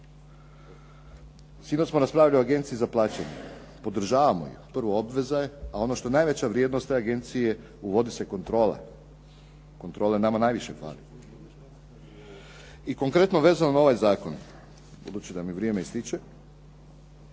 Sinoć smo raspravljali o agenciji za plaćanje. Podržavamo ju. Prvo, obveza je a ono što je najveća vrijednost te agencije uvodi se kontrola. Kontrole nama najviše fali. I konkretno vezano na ovaj zakon budući da mi vrijeme ističe